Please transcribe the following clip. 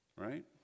Right